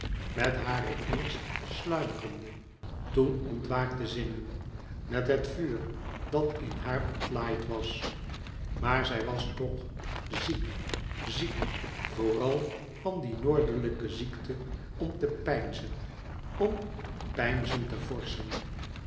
met hare eerst sluimerende toen ontwaakte zinnen met het vuur dat in haar ontlaaid was maar zij was toch ziek ziek vooral van die noordelijke ziekte om te peinzen om peinzend te vorschen